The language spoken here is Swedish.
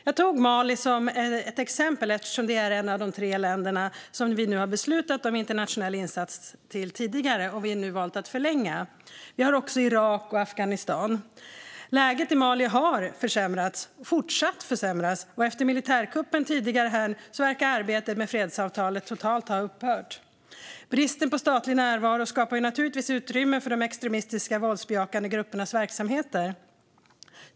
Jag tog Mali som ett exempel, eftersom det är ett av de tre länder som vi har beslutat om internationell insats till tidigare och vi nu valt att förlänga. Vi har också insatser i Irak och Afghanistan. Läget i Mali har fortsatt att försämras. Efter militärkuppen tidigare verkar arbetet med fredsavtalet totalt ha upphört. Bristen på statlig närvaro skapar naturligtvis utrymme för de extremistiska våldsbejakande gruppernas verksamheter.